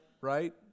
right